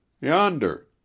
Yonder